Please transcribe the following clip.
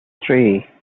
three